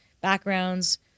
backgrounds